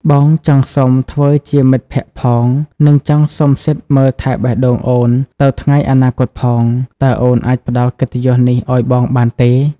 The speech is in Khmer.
បងចង់សុំធ្វើជាមិត្តភក្តិផង និងចង់សុំសិទ្ធិមើលថែបេះដូងអូនទៅថ្ងៃអនាគតផង តើអូនអាចផ្តល់កិត្តិយសនេះឱ្យបងបានទេ?